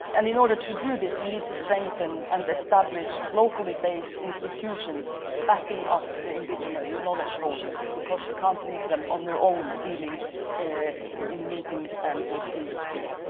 and in order to do this we need to strengthen and establish locally based institutions backing up the indigenous knowledge holders, because we can't leave them on their own dealing in meetings and with industry.